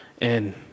and-